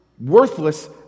worthless